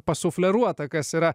pasufleruota kas yra